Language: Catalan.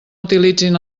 utilitzin